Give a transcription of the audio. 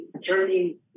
journey